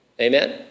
Amen